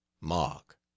Mark